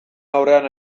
aurrean